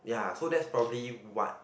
ya so that's probably what